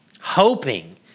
Hoping